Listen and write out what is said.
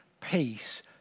peace